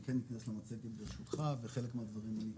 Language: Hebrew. אכנס למצגת ברשותך ולחלק מהדברים אני אתייחס.